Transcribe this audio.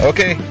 Okay